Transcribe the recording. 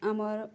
ଆମର୍